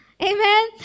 Amen